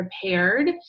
prepared